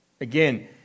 Again